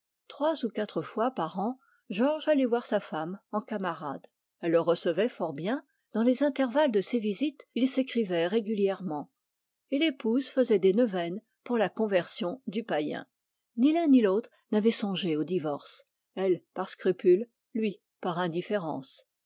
trois ou quatre fois par an georges allait voir sa femme elle le recevait fort bien dans les intervalles de ces visites ils s'écrivaient régulièrement et l'épouse faisait des neuvaines pour la conversion du païen ni l'un ni l'autre n'avait songé au divorce elle par scrupule lui par indifférence